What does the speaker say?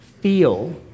feel